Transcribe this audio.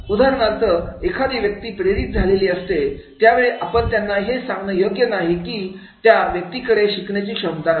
उदाहरणार्थ एखादी व्यक्ती प्रेरित झालेली असते त्यावेळी आपण त्यांना हे सांगणे योग्य नाही की त्या व्यक्तीकडे शिकण्याची क्षमता नाही